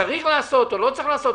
שצריך לעשות או לא צריך לעשות?